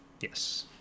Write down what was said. Yes